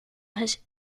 has